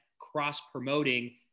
cross-promoting